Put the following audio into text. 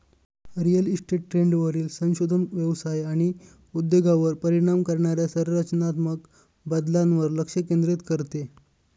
real estate ट्रेंडवरील संशोधन व्यवसाय आणि उद्योगावर परिणाम करणाऱ्या संरचनात्मक बदलांवर लक्ष केंद्रित करते